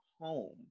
home